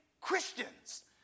Christians